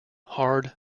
hard